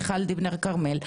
מיכל דיבנר כרמל,